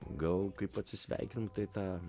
gal kaip atsisveikint tai tą